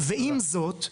ועם זאת,